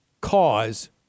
cause